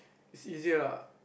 see easier ah